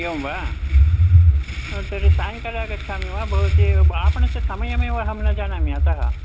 एवं वा तर्हि सायङ्काले आगच्छामि वा भवत्याः आपणस्य समयमेव अहं न जानामि अतः